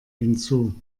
hinzu